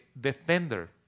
defender